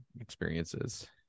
experiences